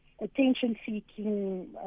attention-seeking